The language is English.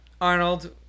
Arnold